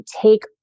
Take